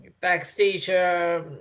backstage